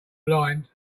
blind